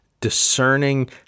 discerning